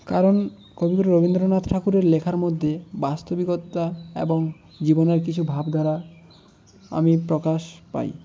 কারণ কবিগুরু রবীন্দ্রনাথ ঠাকুরের লেখার মধ্যে বাস্তবিকতা এবং জীবনের কিছু ভাবধারা আমি প্রকাশ পাই